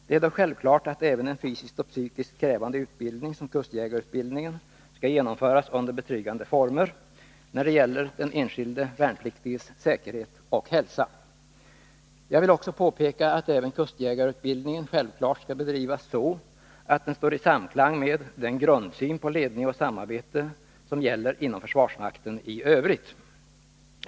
Det är dock självklart att även en fysiskt och psykiskt krävande utbildning som kustjägarutbildningen skall genomföras under betryggande former när det gäller den enskilde värnpliktiges säkerhet och hälsa. Jag vill också påpeka att även kustjägarutbildningen självfallet skall bedrivas så att den står i samklang med den grundsyn på ledning och samarbete som gäller inom försvarsmakten i övrigt.